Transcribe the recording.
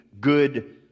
good